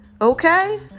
Okay